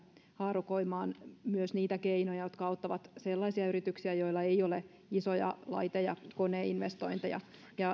haarukoimaan myös niitä keinoja jotka auttavat sellaisia yrityksiä joilla ei ole isoja laite ja koneinvestointeja